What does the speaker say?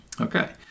Okay